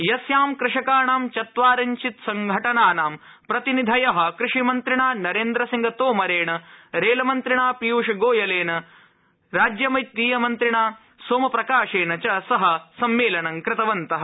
यस्यां कृषकाणां चत्वारिंशत् संघटनानां प्रतिनिधयः कृषि मन्त्रिणा नरेन्द्र सिंह तोमरेण रेलमंत्रिणा पीयूष गोयलेन राज्य वित्तीय मन्त्रिणां सोमप्रकाशेण सह च सम्मेलनं कृतवन्तः